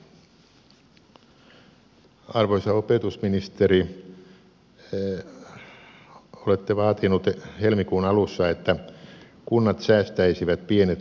arvoisa opetusministeri olette vaatinut helmikuun alussa että kunnat säästäisivät pienet lukionsa